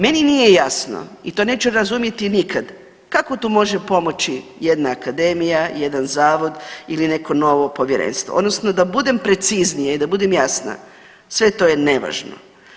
Meni nije jasno i to neću razumjeti nikad kako tu može pomoći jedna akademija, jedan zavod ili neko novo povjerenstvo odnosno da budem preciznija i da budem jasna sve to je nevažno.